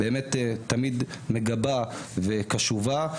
תמיד מגבה וקשובה.